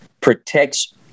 protects